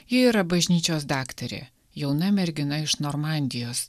ji yra bažnyčios daktarė jauna mergina iš normandijos